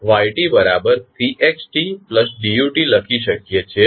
અને આપણે ytCxtDu લખી શકીએ છીએ